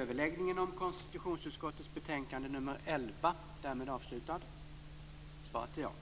Herr talman! Det blev en liten turbulens eftersom en ledamot blev tvungen att avvika från kammaren i denna aftonstund. Det föll